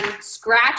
scratch